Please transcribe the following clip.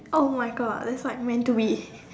oh my God it's like meant to be